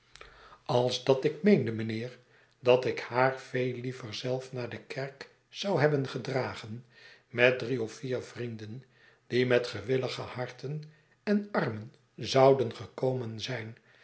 als dat ik meende mijnheer dat ik haar veel liever zelf naar de kerk zou hebben gedragen met drie of vier vrienden die met gewillige harten en armen zouden gekomen zijn